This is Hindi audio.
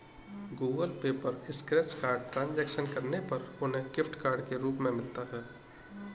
गूगल पे पर स्क्रैच कार्ड ट्रांजैक्शन करने पर उन्हें गिफ्ट कार्ड के रूप में मिलता है